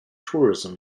tourism